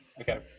Okay